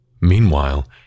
Meanwhile